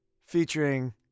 featuring